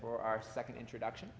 for our second introduction